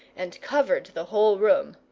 and covered the whole room.